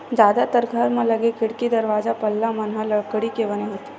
जादातर घर म लगे खिड़की, दरवाजा, पल्ला मन ह लकड़ी के बने होथे